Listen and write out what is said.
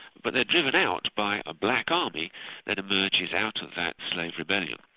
but they're driven out by a black army that emerges out of that slave rebellion,